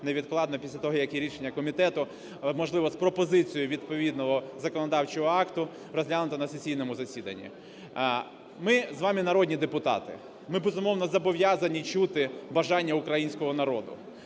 невідкладно після того, як є рішення комітету, можливо, з пропозицією відповідного законодавчого акту розглянута на сесійному засіданні. Ми з вами, народні депутати, ми, безумовно, зобов'язані чути бажання українського народу.